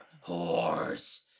Horse